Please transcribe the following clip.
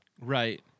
Right